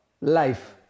Life